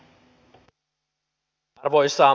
arvoisa puhemies